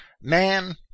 Man